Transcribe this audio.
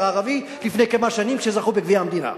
הערבי לפני כמה שנים כשזכו בגביע המדינה,